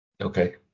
okay